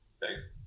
Thanks